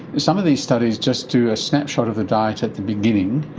some of these studies just do a snapshot of the diet at the beginning,